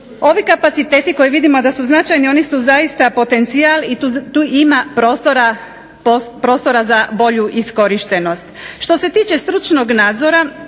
Ovi kapaciteti koje vidimo da su značajni oni su zaista potencijal i tu ima prostora za bolju iskorištenost. Što se tiče stručnog nadzora